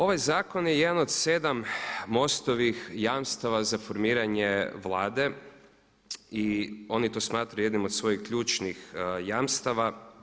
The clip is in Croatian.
Ovaj zakon je jedan od sedam MOST-ovih jamstava za formiranje Vlade i oni to smatraju jednim od svojih ključnih jamstava.